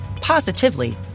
positively